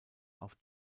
auf